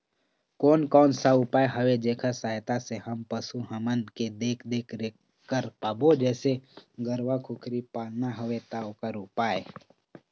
कोन कौन सा उपाय हवे जेकर सहायता से हम पशु हमन के देख देख रेख कर पाबो जैसे गरवा कुकरी पालना हवे ता ओकर उपाय?